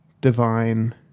divine